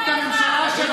אם לא, את הממשלה שלכם.